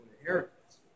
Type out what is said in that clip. inheritance